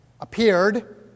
Appeared